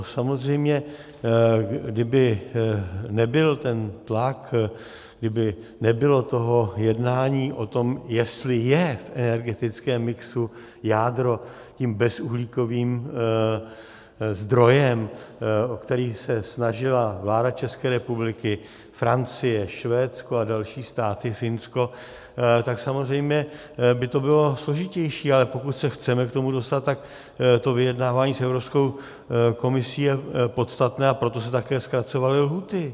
Samozřejmě kdyby nebyl ten tlak, kdyby nebylo toho jednání o tom, jestli je v energetickém mixu jádro tím bezuhlíkovým zdrojem, o který se snažila vláda České republiky, Francie, Švédsko a další státy, Finsko, tak samozřejmě by to bylo složitější, ale pokud se chceme k tomu dostat, tak vyjednávání s Evropskou komisí je podstatné, a proto se také zkracovaly lhůty.